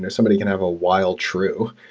yeah somebody can have a wild true.